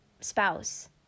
spouse